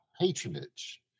patronage